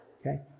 okay